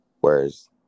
Whereas